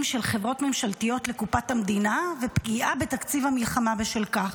של חברות ממשלתיות לקופת המדינה ופגיעה בתקציב המלחמה בשל כך.